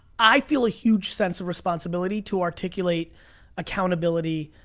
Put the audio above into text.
i feel a huge sense of responsibility to articulate accountability,